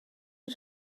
you